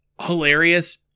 hilarious